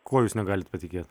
kuo jūs negalit patikėt